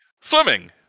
Swimming